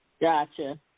Gotcha